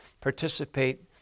participate